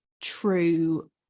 true